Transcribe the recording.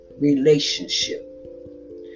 relationship